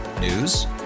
News